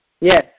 Yes